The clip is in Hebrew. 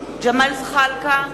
ג'מאל זחאלקה,